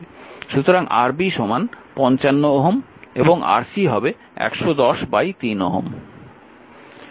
সুতরাং Rb 55 Ω এবং Rc হবে 1103 Ω